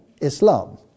islam